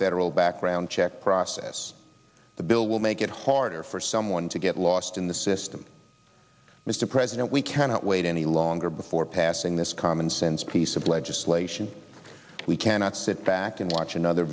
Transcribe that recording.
federal background check process the bill will make it harder for someone to get lost in the system mr president we cannot wait any longer before passing this commonsense piece of legislation we cannot sit back and watch another